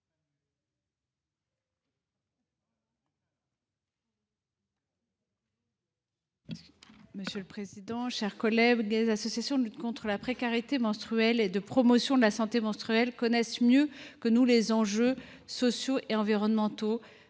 : La parole est à Mme Anne Souyris. Les associations de lutte contre la précarité menstruelle et de promotion de la santé menstruelle connaissent mieux que nous les enjeux sociaux et environnementaux